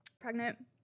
Pregnant